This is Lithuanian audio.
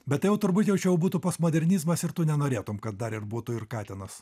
bet tai jau turbūt jau čia jau būtų postmodernizmas ir tu nenorėtum kad dar ir būtų ir katinas